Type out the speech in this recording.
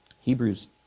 Hebrews